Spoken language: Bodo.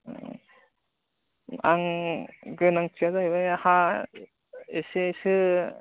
आं गोनांथिया जाहैबाय हा एसेसो